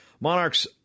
Monarchs